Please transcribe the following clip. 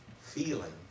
feeling